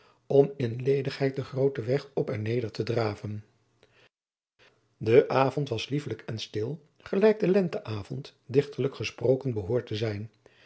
om in ledigheid den grooten weg op en neder te draven de avond was liefelijk en stil gelijk de lenteavond dichterlijk gesproken behoort te zijn